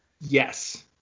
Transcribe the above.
Yes